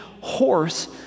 horse